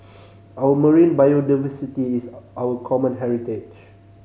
our marine biodiversity is our common heritage